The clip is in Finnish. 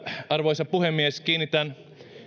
arvoisa puhemies nyt kiinnitän